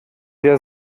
der